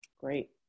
Great